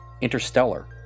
interstellar